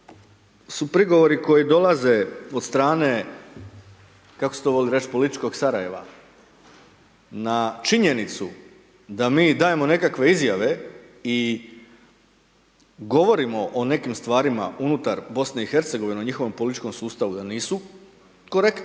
su prigovori koji dolaze od strane, kako se to voli reći političkog Sarajeva, na činjenicu da mi dajemo nekakve izjave i govorimo o nekim stvarima unutar BiH o njihovom sustavu da nisu korektne,